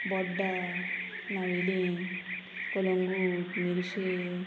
Borda Navelim Calangute Merces